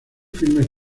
filmes